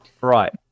right